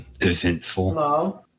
eventful